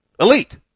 Elite